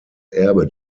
erbe